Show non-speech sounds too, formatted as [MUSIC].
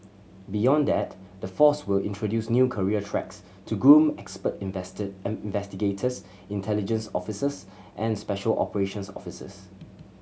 beyond that the force will introduce new career tracks to groom expert investor [UNINTELLIGIBLE] investigators intelligence officers and special operations officers